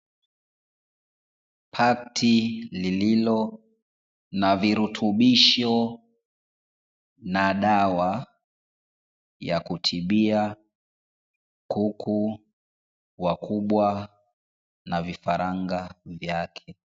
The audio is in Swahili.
Pakiti lililo na virutubisho na dawa ya kutibia kuku wakubwa na vifaranga vyake.